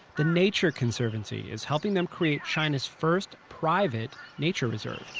the nature conservancy is helping them create china's first private nature reserve.